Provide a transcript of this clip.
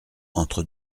entre